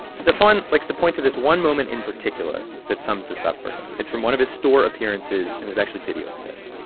stephon likes to point to this one moment in particular that sums this up for him it's from one of his store appearances. and there's actually video of this